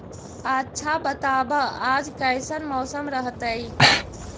आच्छा बताब आज कैसन मौसम रहतैय?